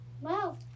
Wow